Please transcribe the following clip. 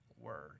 word